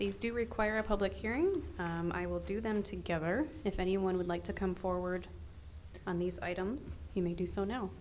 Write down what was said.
these do require a public hearing i would do them together if anyone would like to come forward on these items he may do so now